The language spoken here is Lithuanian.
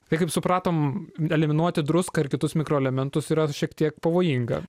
tai kaip supratom eliminuoti druską ir kitus mikroelementus yra šiek tiek pavojinga